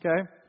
okay